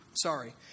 sorry